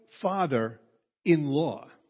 father-in-law